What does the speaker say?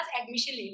admission